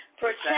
Protect